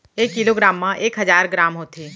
एक kilogram मा एक हजार ग्राम होथे